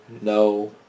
no